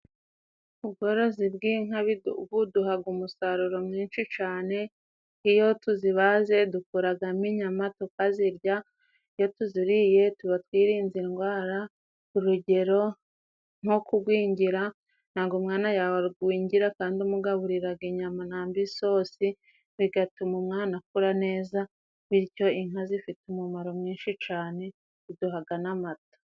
Ubworozi bw'inka buduha umusaruro mwinshi cyane, iyo tuzibaze dukuramo inyama tukazirya, iyo tuziriye tuba twirinze indwara urugero: nko kugwingira, ntabwo umwana yangwingira kandi umugaburiraga inyama cyangwa isosi bigatuma umwana akura neza bityo inka zifite umumaro mwinshi cyane iduha n'amata.